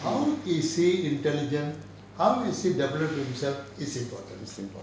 how is he intelligent how is he developing himself is important